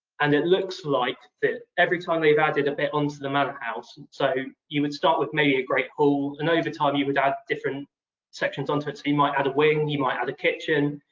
and it looks like that every time they've added a bit onto the manor house, and so you would start with maybe a great hall, and over time you would add different sections onto it. so you might add a wing. you might add a kitchen.